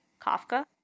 Kafka